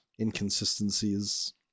inconsistencies